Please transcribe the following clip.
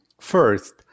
First